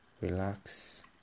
relax